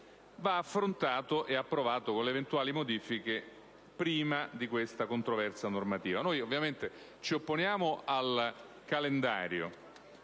vada affrontata e approvata con le eventuali modifiche prima di questa controversa normativa. Ci opponiamo al calendario